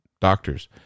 doctors